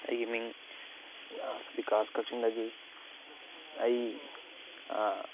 ꯑꯩꯒꯤ ꯃꯤꯡ ꯕꯤꯀꯥꯁ ꯀꯥꯛꯆꯤꯡꯗꯒꯤ ꯑꯩ